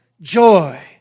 joy